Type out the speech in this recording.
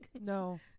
no